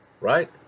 right